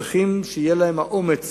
צריכים שיהיה להם האומץ